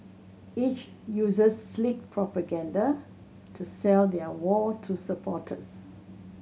each uses slick propaganda to sell their war to supporters